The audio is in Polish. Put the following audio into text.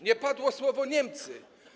Nie padło słowo: Niemcy.